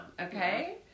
okay